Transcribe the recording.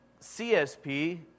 CSP